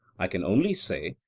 i can only say,